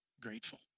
grateful